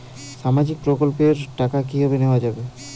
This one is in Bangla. সামাজিক প্রকল্পের টাকা কিভাবে নেওয়া যাবে?